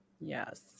Yes